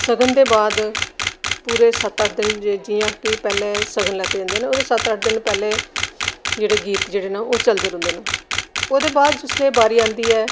सगन दे बाद पूरे सत्त अट्ठ दिन जि'यां अस कि पैह्लें सगन लैते जंदे न सत्त अट्ठ दिन पैह्लें जेह्ड़े गीत जेह्डे़ न ओह् चलदे रौंह्दे न ओह्दे बाद जिसलै बारी औंदीं ऐ